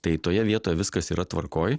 tai toje vietoje viskas yra tvarkoj